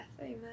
Amen